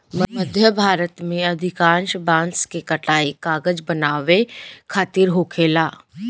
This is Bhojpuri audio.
मध्य भारत में अधिकांश बांस के कटाई कागज बनावे खातिर होखेला